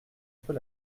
peu